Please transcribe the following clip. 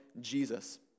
Jesus